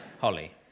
Holly